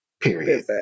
Period